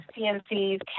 CNCs